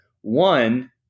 One